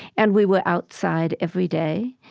and we were outside every day.